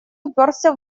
упёрся